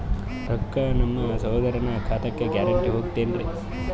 ರೊಕ್ಕ ನಮ್ಮಸಹೋದರನ ಖಾತಕ್ಕ ಗ್ಯಾರಂಟಿ ಹೊಗುತೇನ್ರಿ?